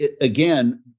again